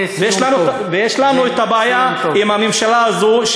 ויש לנו את הבעיה עם הממשלה הזאת,